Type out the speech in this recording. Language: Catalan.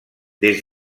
des